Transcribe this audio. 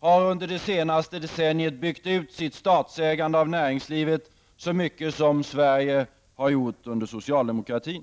har under det senaste decenniet byggt ut sitt statsägande av näringslivet så mycket som Sverige har gjort under socialdemokraterna.